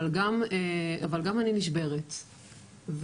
אבל גם אני נשברת,